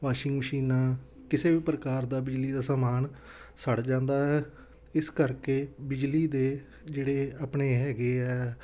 washing ਮਸ਼ੀਨਾਂ ਕਿਸੇ ਵੀ ਪ੍ਰਕਾਰ ਦਾ ਬਿਜਲੀ ਦਾ ਸਮਾਨ ਸੜ ਜਾਂਦਾ ਹੈ ਇਸ ਕਰਕੇ ਬਿਜਲੀ ਦੇ ਜਿਹੜੇ ਆਪਣੇ ਹੈਗੇ ਆ